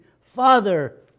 Father